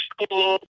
school